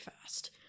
fast